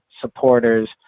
supporters